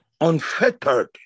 unfettered